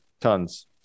tons